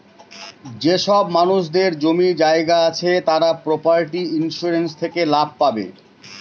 যেসব মানুষদের জমি জায়গা আছে তারা প্রপার্টি ইন্সুরেন্স থেকে লাভ পাবে